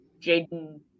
Jaden